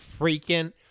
freaking